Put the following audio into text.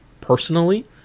personally